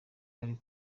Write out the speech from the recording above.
ari